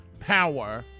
power